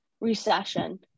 recession